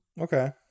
Okay